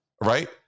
right